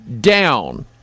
down